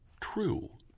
true